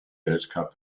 weltcup